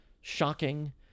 shocking